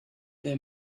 they